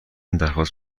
درخواست